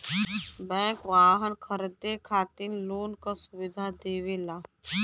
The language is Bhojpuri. बैंक वाहन खरीदे खातिर लोन क सुविधा देवला